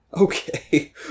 Okay